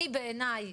בעיני,